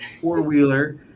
four-wheeler